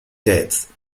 depth